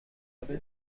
آلو